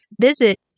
Visit